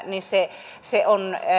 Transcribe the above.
niin että kalastus harrastusmielessä